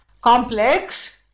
complex